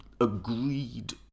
agreed